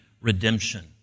redemption